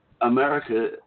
America